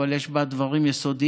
אבל יש בה דברים יסודיים,